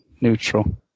neutral